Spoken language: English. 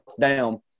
down